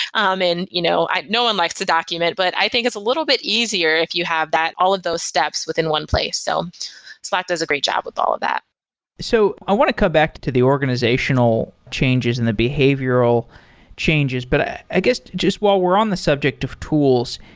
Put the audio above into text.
um and you know no one likes to document, but i think it's a little bit easier if you have that, all of those steps within one place. so slack slack does a great job with all of that so i want to come back to the organizational changes and the behavioral changes, but i ah guess, just while we're on the subject of tools,